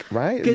right